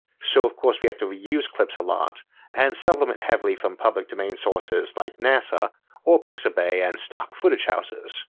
so of course we have to reuse clips a lot and supplement heavily from public domain sources like nasa or pixabay and stock footage houses.